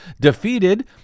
defeated